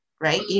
right